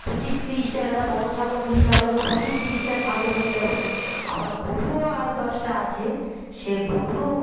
পঁচিশ তিরিশটা তারা বড়ো ছাগল কুড়ি ছাগলে করে পঁচিশ তিরিশটা ছাগল হয়ে যাবে আবার গরুও আর দশটা আছে সে গরুও